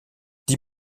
die